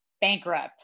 bankrupt